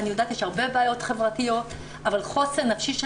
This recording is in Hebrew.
אני יודעת שיש הרבה בעיות חברתיות אבל חוסן נפשי של